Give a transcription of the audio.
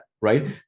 right